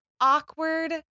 awkward